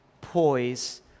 poise